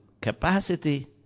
capacity